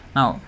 now